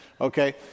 Okay